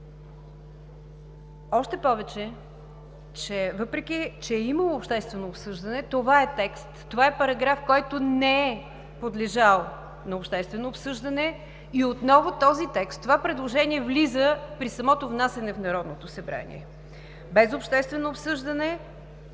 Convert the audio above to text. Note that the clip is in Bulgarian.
Още повече, въпреки че е имало обществено обсъждане, това е текст, това е параграф, който не е подлежал на обществено обсъждане, и отново този текст, това предложение влиза при самото внасяне в Народното събрание, без обществено обсъждане,